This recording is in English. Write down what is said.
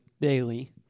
daily